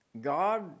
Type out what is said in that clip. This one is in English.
God